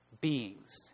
beings